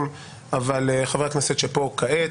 אבל חברי הכנסת שפה כעת.